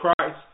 Christ